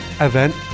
event